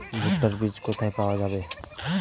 ভুট্টার বিজ কোথায় পাওয়া যাবে?